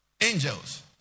angels